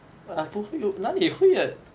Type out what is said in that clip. ~weird